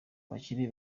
bakire